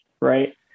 Right